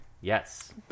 yes